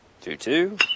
Two-two